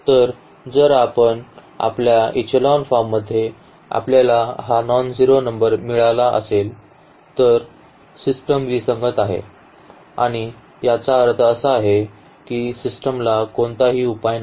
तर जर आपल्या इचेलॉन फॉर्ममध्ये आपल्याला हा नॉनझेरो नंबर मिळाला असेल तर सिस्टम विसंगत आहे आणि याचा अर्थ असा आहे की सिस्टमला कोणताही उपाय नाही